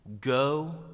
Go